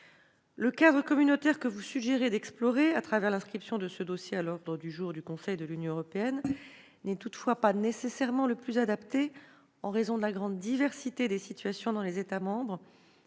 Le cadre communautaire, que vous suggérez d'explorer, à travers l'inscription de ce dossier à l'ordre du jour du Conseil de l'Union européenne, n'est toutefois pas nécessairement le plus adapté, en raison de la grande diversité des situations dans les États membres,